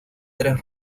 tres